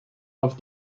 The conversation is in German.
auf